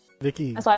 Vicky